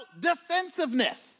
defensiveness